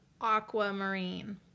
aquamarine